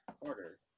Order